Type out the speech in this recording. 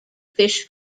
fish